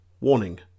Warning